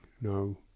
no